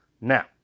Now